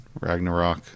Ragnarok